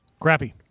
Crappy